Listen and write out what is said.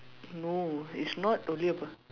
no it's not only about